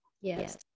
Yes